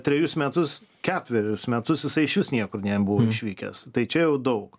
trejus metus ketverius metus jisai išvis niekur nebuvo išvykęs tai čia jau daug